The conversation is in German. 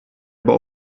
aber